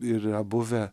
yra buvę